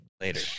Later